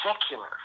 secular